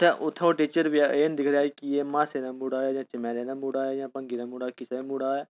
उत्थै ओह् टीचर बी आई जंदी है कि एह् म्हाशें दा मुड़ा ऐ जां चमैरें दा मुड़ा ऐ जां भंगी दा मुड़ा ऐ